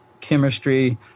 chemistry